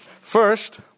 First